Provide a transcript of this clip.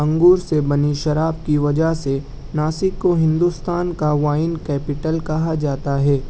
انگور سے بنی شراب کی وجہ سے ناسک کو ہندوستان کا وائن کیپٹل کہا جاتا ہے